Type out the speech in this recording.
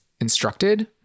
instructed